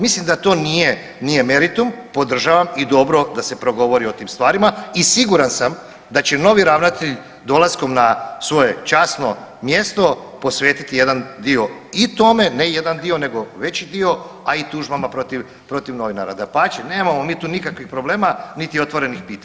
Mislim da to nije meritum, podržavam i dobro da se progovori o tim stvarima i siguran sam da će novi ravnatelj dolaskom na svoje časno mjesto posvetiti jedan dio i tome, ne jedan dio nego veći dio, a i tužbama protiv novinara, dapače, nemamo mi tu nikakvih problema niti otvorenih pitanja.